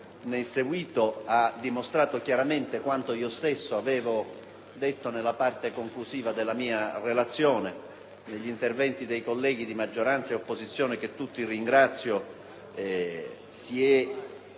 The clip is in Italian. ne è seguito ha dimostrato chiaramente quanto io stesso avevo detto nella parte conclusiva della mia relazione. Negli interventi dei colleghi di maggioranza e di opposizione - che tutti ringrazio - si è